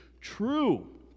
true